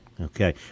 Okay